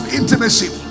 intimacy